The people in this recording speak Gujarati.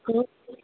હા